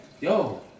Yo